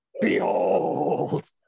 Behold